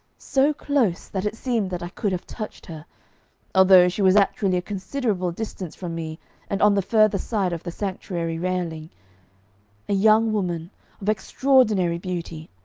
so close that it seemed that i could have touched her although she was actually a considerable distance from me and on the further side of the sanctuary railing a young woman of extraordinary beauty,